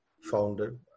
founded